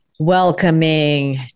welcoming